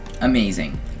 amazing